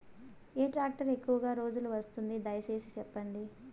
ఏ tractor ఎక్కువగా రోజులు వస్తుంది, దయసేసి చెప్పండి?